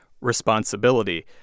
responsibility